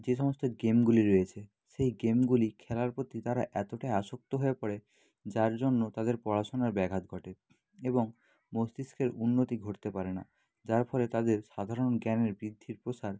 যে সমস্ত গেমগুলি রয়েছে সেই গেমগুলি খেলার প্রতি তারা এতটাই আসক্ত হয়ে পড়ে যার জন্য তাদের পড়াশোনার ব্যাঘাত ঘটে এবং মস্তিষ্কের উন্নতি ঘটতে পারে না যার ফলে তাদের সাধারণ জ্ঞানের বৃদ্ধির প্রসার